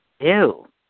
Ew